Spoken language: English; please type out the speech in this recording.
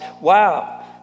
wow